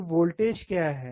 तो वोल्टेज क्या है